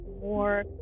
more